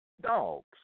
dogs